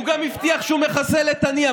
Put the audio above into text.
הוא גם הבטיח שהוא מחסל את הנייה.